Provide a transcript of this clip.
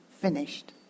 Finished